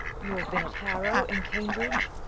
you've been at harrow and cambridge.